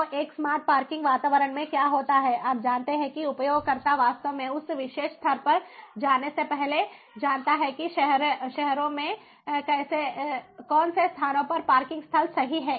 तो एक smart parking वातावरण में क्या होता है आप जानते हैं कि उपयोगकर्ता वास्तव में उस विशेष स्थान पर जाने से पहले जानता है कि शहरों में कौन से स्थानों पर पार्किंग स्थल सही हैं